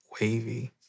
wavy